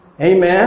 Amen